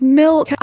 milk